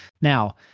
Now